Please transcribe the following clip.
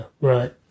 right